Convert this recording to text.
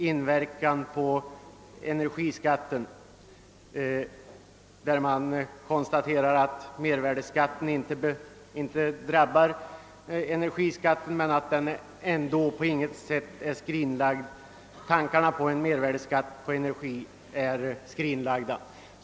Utskottet konstaterar att mervärdeskatten inte drabbar energiförbrukningen men framhåller också att tanken att avlösa energiskatten med mervärdeskatt inte är helt skrinlagd.